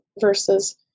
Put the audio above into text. versus